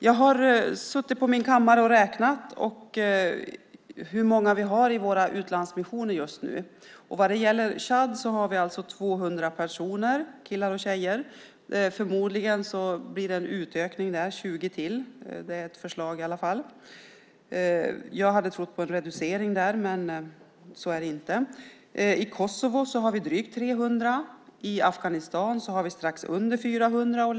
Jag har suttit på min kammare och räknat hur många vi har i våra utlandsmissioner just nu. Vad gäller Tchad har vi 200 personer, killar och tjejer. Förmodligen blir det en utökning med 20 till. Det är ett förslag i alla fall. Jag hade trott på en reducering där, men så är det inte. I Kosovo har vi drygt 300. I Afghanistan har vi strax under 400.